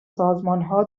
سازمانها